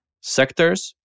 Sectors